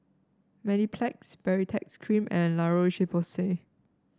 Mepilex Baritex Cream and La Roche Porsay